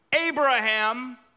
Abraham